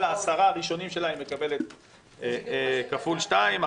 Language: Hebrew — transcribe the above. על ה-10 הראשונים שלה היא מקבלת כפול שתיים,